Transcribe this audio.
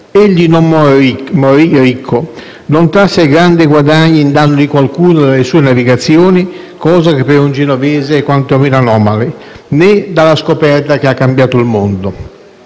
Egli non morì ricco e non trasse grandi guadagni in danno di qualcuno dalle sue navigazioni, cosa che per un genovese è quantomeno anomala, né dalla scoperta che ha cambiato il mondo.